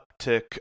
uptick